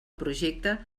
projecte